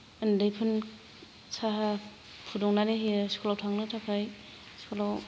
उन्दैफोरनो साहा फुदुंनानै होयो स्कुलाव थांनो थाखाय स्कुलाव